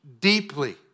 deeply